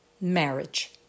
marriage